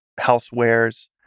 housewares